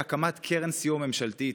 הדבר הנוסף, הקמת קרן סיוע ממשלתית.